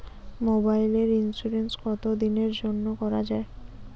মোবাইলের ইন্সুরেন্স কতো দিনের জন্যে করা য়ায়?